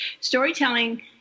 Storytelling